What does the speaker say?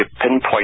pinpoint